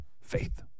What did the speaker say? Faith